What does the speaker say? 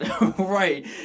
Right